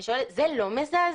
אני שואלת, זה לא מזעזע?